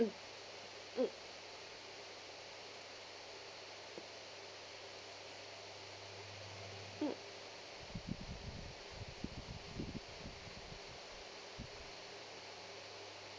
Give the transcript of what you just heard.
mm mm mm